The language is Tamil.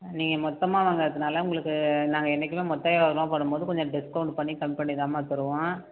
நீங்கள் மொத்தமாக வாங்கிறதுனால உங்களுக்கு நாங்கள் என்னைக்குமே மொத்த வியாபாரமாக போடும் போது கொஞ்ச டிஸ்கவுண்ட் பண்ணி கம்மி பண்ணி தான்மா தருவோம்